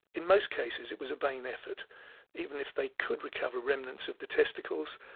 in most cases it was a vain effort even if they could recover remnants of the testicles,